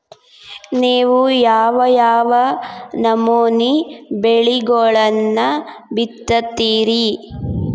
ನೇವು ಯಾವ್ ಯಾವ್ ನಮೂನಿ ಬೆಳಿಗೊಳನ್ನ ಬಿತ್ತತಿರಿ?